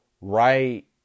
right